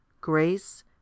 grace